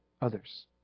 others